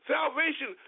Salvation